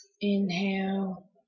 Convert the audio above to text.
inhale